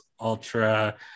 ultra